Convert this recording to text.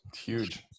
huge